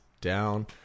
down